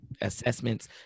assessments